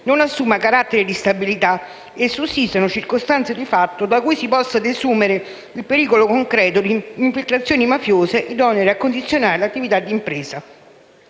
non assuma carattere di stabilità e sussistano circostanze di fatto da cui si possa desumere il pericolo concreto di infiltrazioni mafiose idonee a condizionare l'attività di impresa.